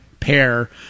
pair